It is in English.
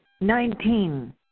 Nineteen